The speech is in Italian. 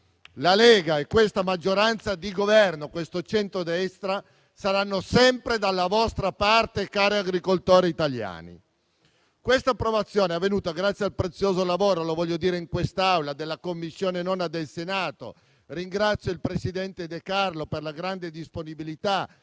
La Lega e questa maggioranza di Governo, questo centrodestra, saranno sempre dalla vostra parte, cari agricoltori italiani. Questa approvazione è avvenuta grazie al prezioso lavoro - lo voglio dire in quest'Aula - della 9ª Commissione del Senato. Ringrazio il presidente De Carlo per la grande disponibilità,